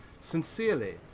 Sincerely